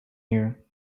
here